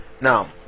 Now